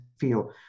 feel